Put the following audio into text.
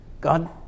God